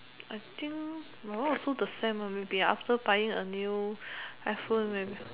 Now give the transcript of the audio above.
I think my one also the same uh maybe after buying a new iPhone maybe